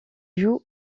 joue